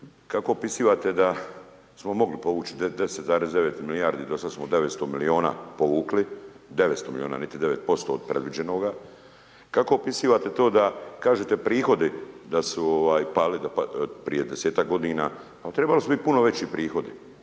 Kako opisivate da smo mogli povući 10,9 milijardi, do sad smo 900 milijuna povukli, 900 milijuna, niti 9% od predviđenoga? Kako opisivate to da kažete prihodi da su pali prije 10-ak godina? Pa trebali su biti puno veći prohodi.